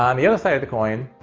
um the other side of the coin,